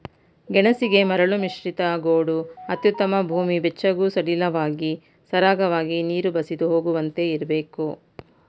ಗೆಣಸಿಗೆ ಮರಳುಮಿಶ್ರಿತ ಗೋಡು ಅತ್ಯುತ್ತಮ ಭೂಮಿ ಬೆಚ್ಚಗೂ ಸಡಿಲವಾಗಿ ಸರಾಗವಾಗಿ ನೀರು ಬಸಿದು ಹೋಗುವಂತೆ ಇರ್ಬೇಕು